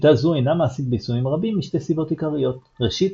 שיטה זו אינה מעשית ביישומים רבים משתי סיבות עיקריות ראשית,